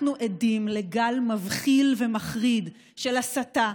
אנחנו עדים לגל מבחיל ומחריד של הסתה,